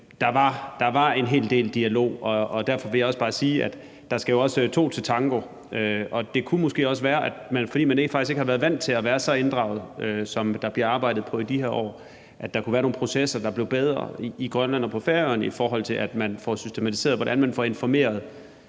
der var en hel del dialog, og derfor vil jeg bare sige, at der jo også skal to til tango. Det kunne måske også være, at der, fordi man faktisk ikke har været vant til at være så inddraget, som der bliver arbejdet på i de her år, kunne være nogle processer, der blev bedre i Grønland og på Færøerne, i forhold til at man får systematiseret, hvordan man får informeret